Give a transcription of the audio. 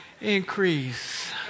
increase